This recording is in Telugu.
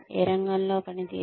ఏ రంగంలో పనితీరు